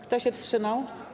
Kto się wstrzymał?